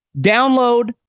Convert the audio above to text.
Download